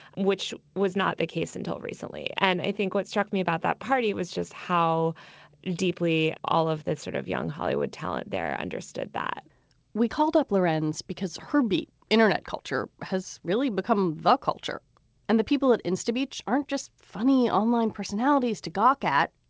which was not the case until recently. and i think what struck me about that party was just how deeply all of that sort of young hollywood talent there understood that we called up larenz because her beat internet culture has really become the culture and the people at insta beach aren't just funny online personalities to gawk at.